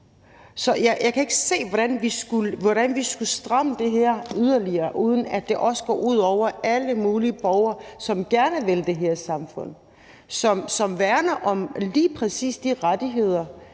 Så jeg kan ikke se, hvordan vi skulle stramme det her yderligere, uden at det også går ud over alle mulige borgere, som gerne vil det her samfund, som værner om lige præcis de rettigheder